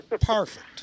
Perfect